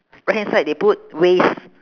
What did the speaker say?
right hand side they put with waste